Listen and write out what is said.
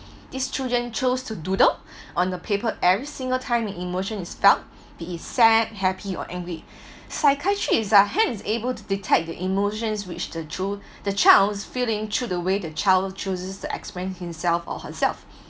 these children chose to doodle on the paper every single time and emotion is felt the sad happy or angry psychiatrists are hence able to detect the emotions which the true the child's feeling through the way the child chooses to explain himself or herself